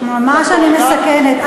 ממש אני מסכנת.